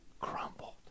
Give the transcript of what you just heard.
crumbled